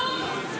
כלום.